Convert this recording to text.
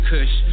Kush